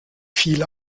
viele